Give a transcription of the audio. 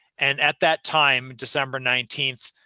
and at that time, december nineteen,